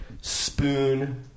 spoon